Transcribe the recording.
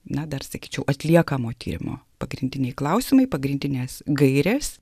na dar sakyčiau atliekamo tyrimo pagrindiniai klausimai pagrindinės gairės